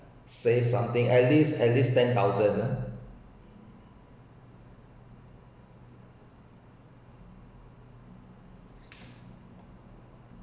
say something at least at least ten thousand